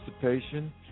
participation